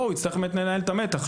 פה הוא באמת יצטרך לנהל את המתח.